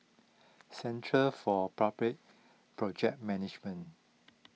Centre for Public Project Management